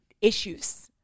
issues